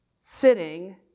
sitting